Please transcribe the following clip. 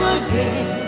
again